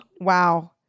Wow